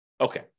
Okay